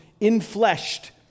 infleshed